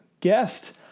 guest